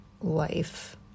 life